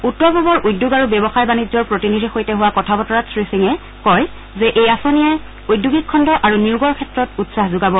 উত্তৰ পূবৰ উদ্যোগ আৰু ব্যৱসায় বাণিজ্যৰ প্ৰতিনিধিৰ সৈতে হোৱা কথা বতৰাত শ্ৰীসিঙে কয় যে এই আঁচনিয়ে ঔদ্যোগিক খণ্ড আৰু নিয়োগৰ ক্ষেত্ৰত উৎসাহ যোগাব